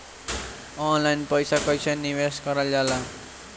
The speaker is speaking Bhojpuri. ऑनलाइन पईसा कईसे निवेश करल जाला?